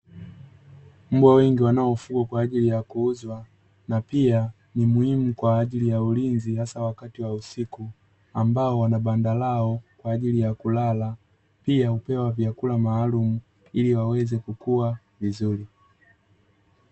Mbwa wengi wanaofungwa kwa ajili ya kuuzwa, na pia ni muhimu kwa ajili ya ulinzi hasa wakati wa usiku ambao wanabanda lao kwa ajili ya kulala, pia hupewa vyakula maalumu ili waweze kukua vizuri.